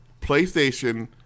PlayStation